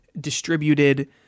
distributed